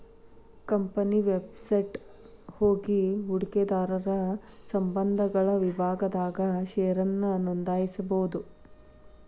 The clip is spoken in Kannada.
ಕಂಪನಿ ವೆಬ್ಸೈಟ್ ಹೋಗಿ ಹೂಡಕಿದಾರರ ಸಂಬಂಧಗಳ ವಿಭಾಗದಾಗ ಷೇರನ್ನ ನೋಂದಾಯಿಸಬೋದು